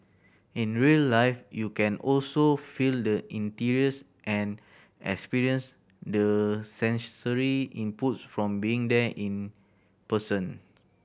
in real life you can also feel the interiors and experience the sensory inputs from being there in person